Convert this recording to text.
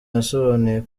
yasobanuye